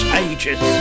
ages